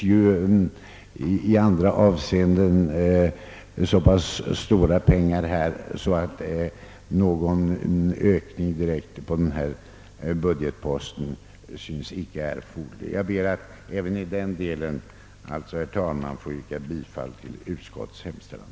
Det har anslagits så pass mycket pengar under andra poster att någon ökning på just denna budgetpost inte synts erforderlig. Herr talman! Jag ber därför att även här få yrka bifall till utskottets hemställan.